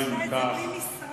אם כך,